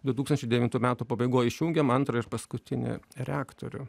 du tūkstančiai devintų metų pabaigoj išjungėm antrą ir paskutinį reaktorių